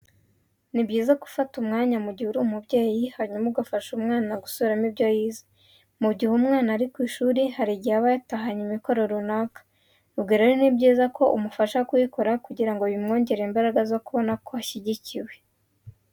Ni byiza gufata umwanya mu gihe uri umubyeyi hanyuma ugafasha umwana gusubiramo ibyo yize. Mu gihe umwana ari ku ishuri hari igihe aba yatahanye imikoro runaka, ubwo rero ni byiza ko umufasha kuyikora kugira ngo bimwongerere imbaraga zo kubona ko ashyigikiwe.